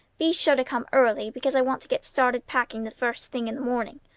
be sure to come early, because i want to get started packing the first thing in the morning.